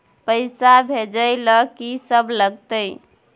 पैसा भेजै ल की सब लगतै?